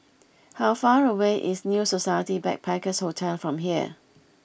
how far away is New Society Backpackers' Hotel from here